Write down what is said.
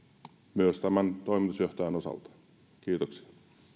myös tämän toimitusjohtajan osalta kiitoksia